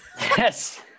Yes